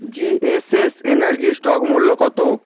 GSS এনার্জির stock মূল্য কতো